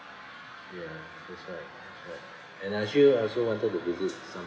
ya that's why ya and I feel I also wanted to visit some